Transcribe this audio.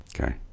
Okay